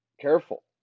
careful